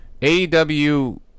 AEW